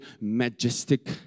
majestic